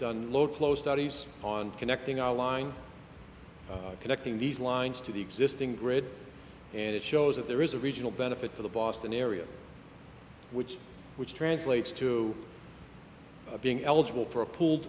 done load flow studies on connecting our line connecting these lines to the existing grid and it shows that there is a regional benefit for the boston area which which translates to being eligible for a pool